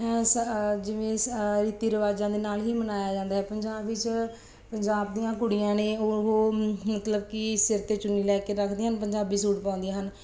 ਸ ਜਿਵੇਂ ਸ ਰੀਤੀ ਰਿਵਾਜ਼ਾਂ ਦੇ ਨਾਲ ਹੀ ਮਨਾਇਆ ਜਾਂਦਾ ਹੈ ਪੰਜਾਬ ਵਿੱਚ ਪੰਜਾਬ ਦੀਆਂ ਕੁੜੀਆਂ ਨੇ ਉਹ ਮਤਲਬ ਕਿ ਸਿਰ 'ਤੇ ਚੁੰਨੀ ਲੈ ਕੇ ਰੱਖਦੀਆਂ ਹਨ ਪੰਜਾਬੀ ਸੂਟ ਪਾਉਂਦੀਆਂ ਹਨ